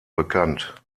bekannt